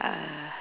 uh